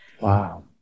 Wow